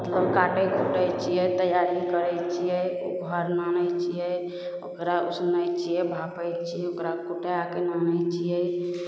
धान काटै खोँटै छिए तैआरी करै छिए घर आनै छिए ओकरा उसनै छिए भाफै छिए ओकरा कुटैके आनै छिए